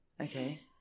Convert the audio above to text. okay